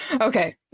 Okay